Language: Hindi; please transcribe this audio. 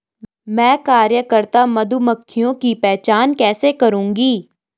मैं कार्यकर्ता मधुमक्खियों की पहचान कैसे करूंगी?